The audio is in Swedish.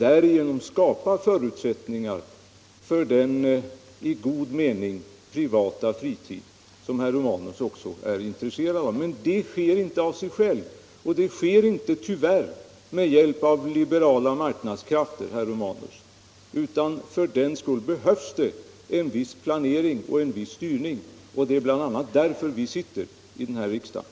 Därigenom kan vi skapa förutsättningar för den i god mening privata fritid som också herr Romanus är intresserad av. Men det sker inte av sig självt, det sker inte — tyvärr — med hjälp av liberala marknadskrafter, herr Romanus. För att vi skall nå det målet behövs en viss planering och en viss styrning. Det är bl.a. därför vi sitter i den här riksdagen.